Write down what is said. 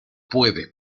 puedes